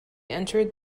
entered